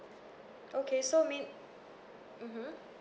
okay so mea~ mmhmm